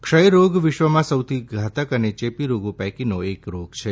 ક્ષયરોગ વિશ્વમાં સૌથી ઘાતક ચેપી રોગો પૈકી એક રોગ છે